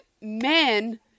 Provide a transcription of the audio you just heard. men